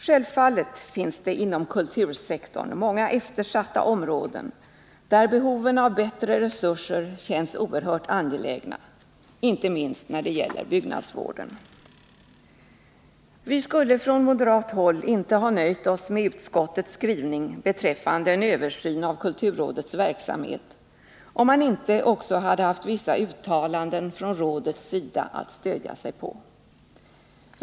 Självfallet finns det inom kultursektorn eftersatta områden där behoven av bättre resurser känns oerhört angelägna, inte minst när det gäller byggnadsminnesvården. Vi skulle från moderat håll inte ha nöjt oss med utskottets skrivning beträffande en översyn av kulturrådets verksamhet om man inte hade haft vissa uttalanden från rådets sida att stödja sig på.